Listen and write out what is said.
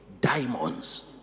diamonds